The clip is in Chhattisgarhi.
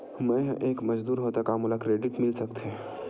मैं ह एक मजदूर हंव त का मोला क्रेडिट मिल सकथे?